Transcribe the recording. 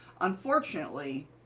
Unfortunately